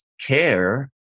care